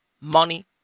money